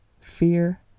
fear